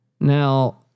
Now